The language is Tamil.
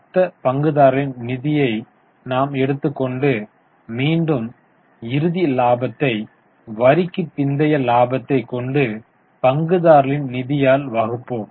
மொத்த பங்குதாரர்களின் நிதியை நாம் எடுத்துக் கொண்டு மீண்டும் இறுதி லாபத்தை வரிக்குப் பிந்தைய லாபத்தை கொண்டு பங்குதாரர்களின் நிதியால் வகுப்போம்